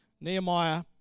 Nehemiah